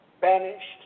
banished